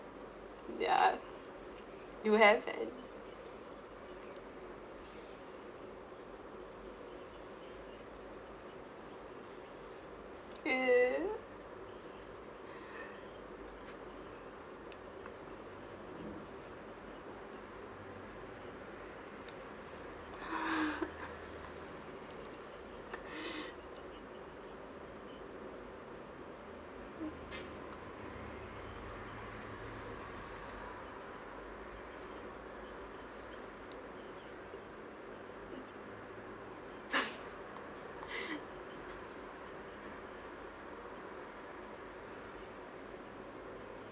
ya you haven't uh